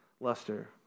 luster